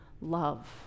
love